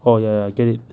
oh ya I get it